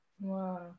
Wow